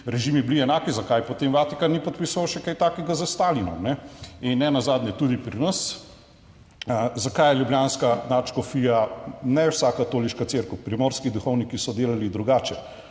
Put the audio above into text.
režimi bili enaki, zakaj potem Vatikan ni podpisoval še kaj takega s Stalinom? In nenazadnje tudi pri nas, zakaj je ljubljanska nadškofija, ne vsa Katoliška cerkev, primorski duhovniki so delali drugače,